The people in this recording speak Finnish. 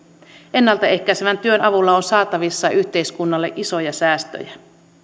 ennalta ehkäisevän työn avulla on saatavissa yhteiskunnalle isoja säästöjä